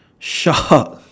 shark